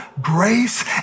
grace